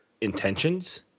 intentions